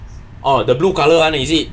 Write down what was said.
orh the blue colour [one] is it